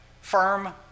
firm